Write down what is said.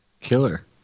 Killer